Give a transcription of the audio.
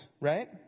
right